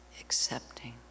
accepting